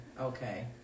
okay